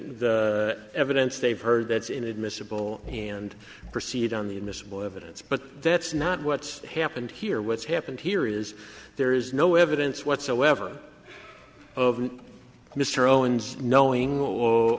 the evidence they've heard that's inadmissible and proceed on the admissible evidence but that's not what's happened here what's happened here is there is no evidence whatsoever of mr owens knowing